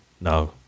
No